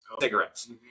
Cigarettes